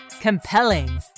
compelling